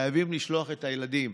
חייבים לשלוח את הילדים.